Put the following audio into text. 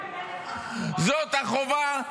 זאת החובה,